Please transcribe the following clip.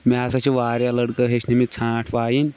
مےٚ سا چھِ واریاہ لٔڑکہٕ ہیٚچھنٲومٕتۍ ژھرانٛٹ وایِنۍ